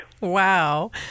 Wow